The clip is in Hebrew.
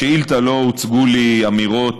בשאילתה לא הוצגו לי אמירות